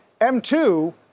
M2